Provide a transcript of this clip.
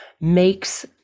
makes